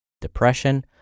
depression